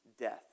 death